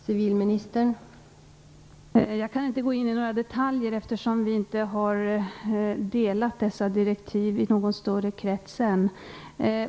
Fru talman! Jag kan inte gå in på några detaljer, eftersom vi ännu inte har delat ut dessa direktiv i någon större krets.